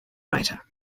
writer